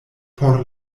por